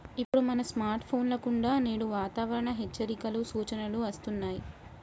ఇప్పుడు మన స్కార్ట్ ఫోన్ల కుండా నేడు వాతావరణ హెచ్చరికలు, సూచనలు అస్తున్నాయి